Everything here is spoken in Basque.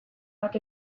bat